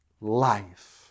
life